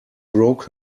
broke